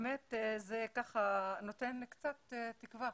באמת, זה נותן קצת תקווה